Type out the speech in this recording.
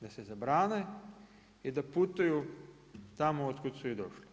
da se zabrane i da putuju tamo od kud su i došle.